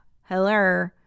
hello